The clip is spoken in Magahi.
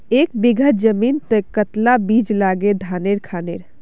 एक बीघा जमीन तय कतला ला बीज लागे धानेर खानेर?